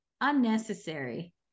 unnecessary